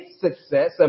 success